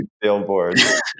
billboards